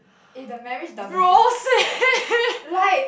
eh the marriage doesn't feel like